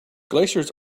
glaciers